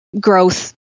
growth